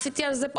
עשיתי על זה,